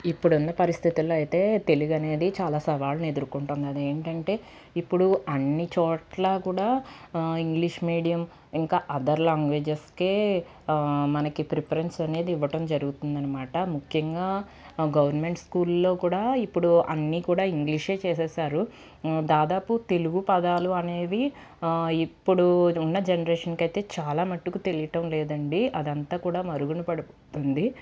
ఇప్పుడున్న పరిస్థితుల్లో అయితే తెలుగు అనేది చాలా సవాళ్లు ఎదుర్కొంటుందని ఏంటంటే ఇప్పుడు అన్ని చోట్ల కూడా ఇంగ్లీష్ మీడియం ఇంకా అదర్ లాంగ్వేజెస్కే మనకి ప్రిఫరెన్స్ ఇవ్వడం జరుగుతుంది అనమాట ముఖ్యంగా గవర్నమెంట్ స్కూల్లో కూడా ఇప్పుడు అన్ని కూడా ఇంగ్లీషే చేసేశారు దాదాపు తెలుగు పదాలు అనేవి ఇప్పుడు అది ఉన్న జనరేషన్కైతే చాలా మట్టుకు తెలియటం లేదండి అదంతా కూడా మరుగున పడుతుంది